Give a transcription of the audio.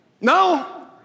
no